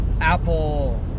apple